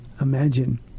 Imagine